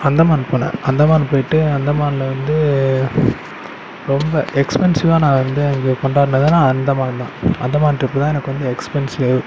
அந்தமான் போனேன் அந்தமான் போய்ட்டு அந்தமானில் வந்து ரொம்ப எக்ஸ்பென்ஸிவாக நான் வந்து அங்கே கொண்டாடினதுனா அந்தமான் தான் அந்தமான் ட்ரிப்பு தான் எனக்கு வந்து எக்ஸ்பென்ஸிவ்